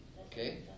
okay